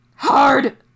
Hard